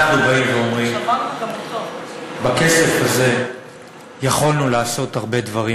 אנחנו באים ואומרים: בכסף הזה יכולנו לעשות הרבה דברים,